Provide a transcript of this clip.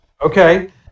Okay